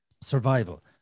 Survival